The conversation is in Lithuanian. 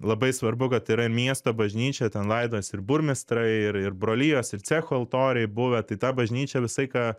labai svarbu kad yra miesto bažnyčia ten laidojos ir burmistrai ir ir brolijos ir cechų altoriai buvę tai ta bažnyčia visą laiką